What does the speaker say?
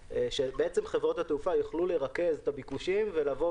שחברות התעופה יוכלו לרכז את הביקושים ולבוא,